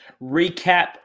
recap